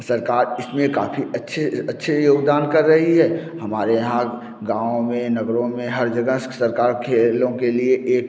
सरकार इसमें काफ़ी अच्छे अच्छे योगदान कर रही है हमारे यहाँ गाँव में नगरों में हर जगह सरकार खेलों के लिए एक